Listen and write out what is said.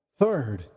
Third